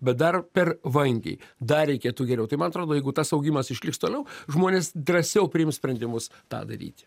bet dar per vangiai dar reikėtų geriau tai man atrodo jeigu tas augimas išliks toliau žmonės drąsiau priims sprendimus tą daryti